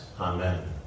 Amen